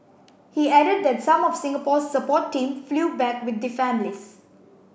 he added that some of Singapore's support team flew back with the families